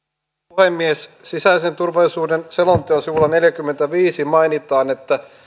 puhemies sisäisen turvallisuuden selonteon sivulla neljäänkymmeneenviiteen mainitaan että